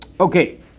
Okay